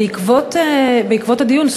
בעקבות הדיון,